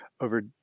over